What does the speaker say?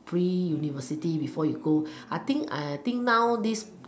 pre university before you go I think I think now this